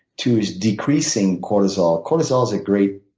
too, is decreasing cortisol. cortisol is a great